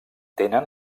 tenen